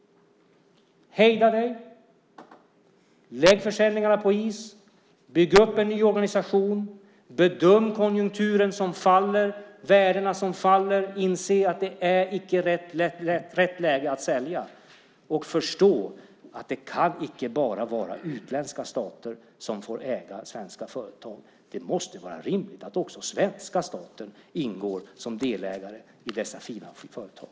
Hejda dig, lägg försäljningarna på is, bygg upp en ny organisation, bedöm konjunkturen och värdena som faller! Inse att det icke är rätt läge att sälja, och förstå att det icke bara kan vara utländska stater som får äga svenska företag! Det måste vara rimligt att också svenska staten ingår som delägare i dessa fina företag.